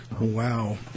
Wow